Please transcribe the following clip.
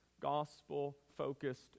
gospel-focused